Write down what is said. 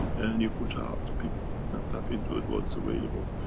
and you put out. people can tap into it once available.